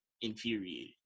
infuriated